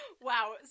Wow